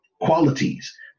qualities